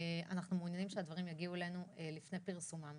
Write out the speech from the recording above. אנחנו מעוניינים שהתקנות יגיעו אלינו לפני פרסומן